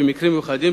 ובמקרים מיוחדים,